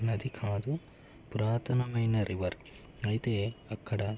నది కాదు పురాతనమైన రివర్ అయితే అక్కడ